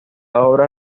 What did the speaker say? obra